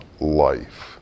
life